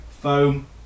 foam